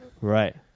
Right